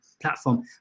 platform